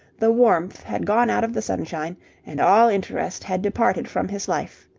the warmth had gone out of the sunshine and all interest had departed from his life.